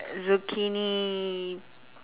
zucchini